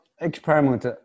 experiment